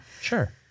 sure